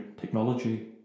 technology